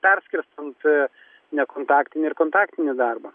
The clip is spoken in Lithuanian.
perskirstant nekontaktinį ir kontaktinį darbą